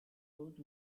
old